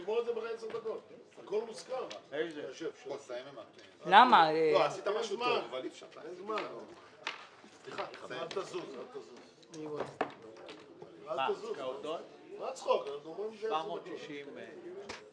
4. הצעת חוק לעידוד השקעות הון (תיקון מס' 74)